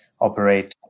operate